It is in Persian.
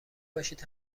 باشید